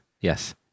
yes